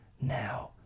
now